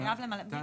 בלי קשר,